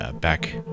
back